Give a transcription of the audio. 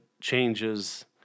changes